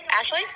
Ashley